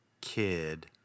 kid